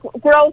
growth